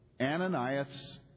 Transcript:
Ananias